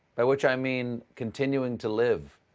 by which i mean continuing to live.